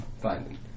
Fine